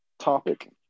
topic